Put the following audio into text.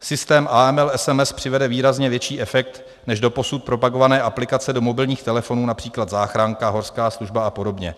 Systém AML SMS přivede výrazně větší efekt než doposud propagované aplikace do mobilních telefonů, například záchranka, horská služba a podobně.